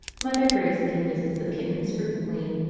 mother greyskin visits the kittens frequently,